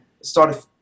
started